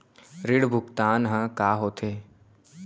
ऋण भुगतान ह का होथे?